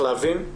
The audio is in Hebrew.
צריך להבין,